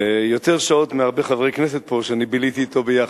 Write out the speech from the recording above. ויותר שעות מהרבה חברי כנסת פה אני ביליתי אתו יחד.